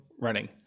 running